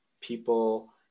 people